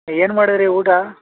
ಏನು ಮಾಡಿದ್ದೀರಿ ಊಟ